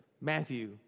Matthew